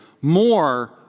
more